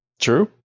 True